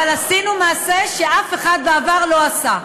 אבל עשינו מעשה שאף אחד בעבר לא עשה.